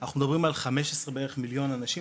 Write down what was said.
אנחנו מדברים על הערכות של 15 מילון אנשים.